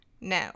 No